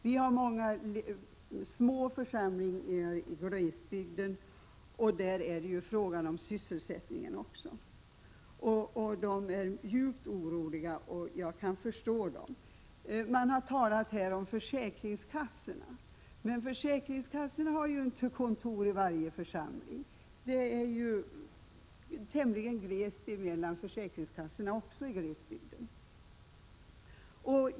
Vi har många små församlingar i glesbygd, och där gäller det ju även sysselsättningen. Dessa kvinnor är djupt oroliga, och jag kan förstå dem. Man har här talat om försäkringskassorna, men de har ju inte kontor i varje församling — också mellan försäkringskassorna är det tämligen glest i glesbygden.